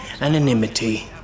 anonymity